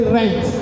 rent